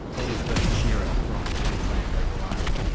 elizabeth shearer, from queensland legal aid.